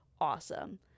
awesome